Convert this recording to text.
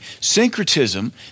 Syncretism